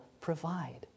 provide